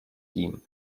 tím